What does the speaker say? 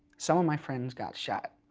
so my friends got shot.